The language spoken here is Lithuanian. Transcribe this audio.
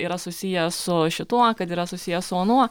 yra susiję su šituo kad yra susiję su anuo